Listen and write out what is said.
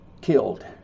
killed